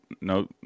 no